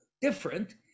different